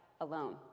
alone